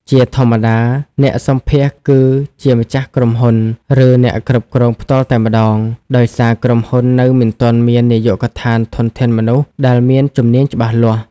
ជាធម្មតា អ្នកសម្ភាសន៍គឺជាម្ចាស់ក្រុមហ៊ុន ឬអ្នកគ្រប់គ្រងផ្ទាល់តែម្ដង ដោយសារក្រុមហ៊ុននៅមិនទាន់មាននាយកដ្ឋានធនធានមនុស្សដែលមានជំនាញច្បាស់លាស់។